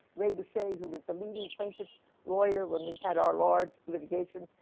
ray-by shay, who was the meeting plaintiff's lawyer when we had our large litigation,